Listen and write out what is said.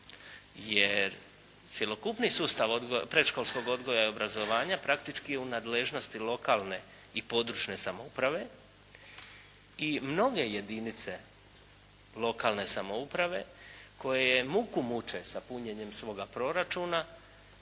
jer cjelokupni sustav predškolskog odgoja i obrazovanja praktički je u nadležnosti lokalne i područne samouprave i mnoge jedinice lokalne samouprave koje muku muče sa punjenjem svoga proračuna